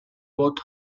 bob